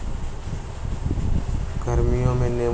गर्मियन में नींबू के खपत बढ़ जाहई